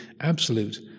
absolute